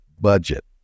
Budget